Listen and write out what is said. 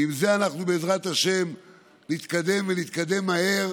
ועם זה אנחנו בעזרת השם נתקדם, ונתקדם מהר,